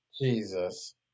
Jesus